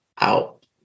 out